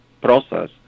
process